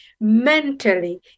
mentally